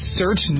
search